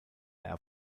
air